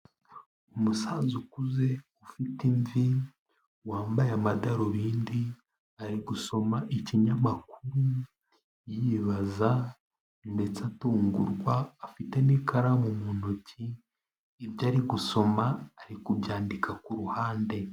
Umusaza ukuze ufite imvi, wambaye amadarubindi, ari gusoma ikinyamakuru yibaza ndetse atungurwa, afite n'ikaramu mu ntoki ibyo ari gusoma ari kubyandika ku ruhande.